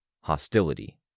Hostility